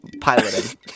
piloting